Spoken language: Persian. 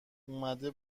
اومده